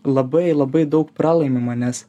labai labai daug pralaimima nes